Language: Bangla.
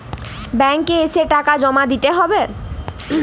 ব্যাঙ্ক এ এসে টাকা জমা দিতে হবে?